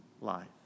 life